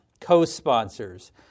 co-sponsors